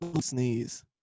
sneeze